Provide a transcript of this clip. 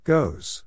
Goes